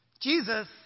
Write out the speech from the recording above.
Jesus